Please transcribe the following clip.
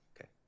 okay